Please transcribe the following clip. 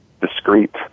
discrete